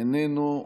איננו.